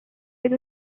with